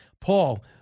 Paul